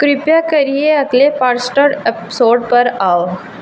किरपा करियै अगले पाडकास्ट एपिसोड पर आओ